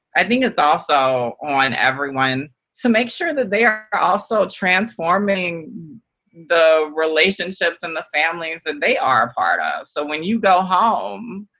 i think it's also on everyone to make sure that they are are also transforming the relationships and the families that they are a part of. so when you go home,